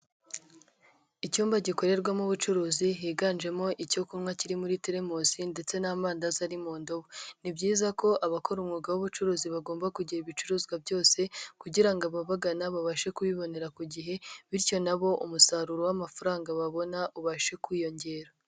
Icyumba gikorerwamo ubucuruzi. Higanjemo icyo kunywa kiri muri termosi ndetse n'amandazi ari mu ndobo. Ni byiza ko abakora umwuga w'ubucuruzi bagomba kugira ibicuruzwa byose kugira ngo ababagana babashe kubibonera ku gihe bityo nabo umusaruro w'amafaranga babona ubashe kwiyongera.